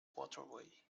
waterway